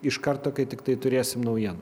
iš karto kai tiktai turėsim naujienų